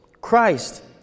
Christ